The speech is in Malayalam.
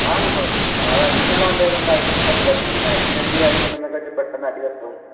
അതൊന്നും കുഴപ്പം ഇല്ല സാറത് ഹൈറ്റ് ഉള്ള വണ്ടിയായത് കൊണ്ട് അടി തട്ടില്ല പിന്നെ ഐ ട്വൻ്റി ഐ ടെണ്ണ് എന്നൊക്കെ വെച്ചാൽ പെട്ടന്ന് അടി തട്ടും